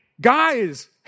guys